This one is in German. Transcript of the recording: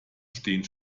stehen